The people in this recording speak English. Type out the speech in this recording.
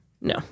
no